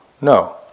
No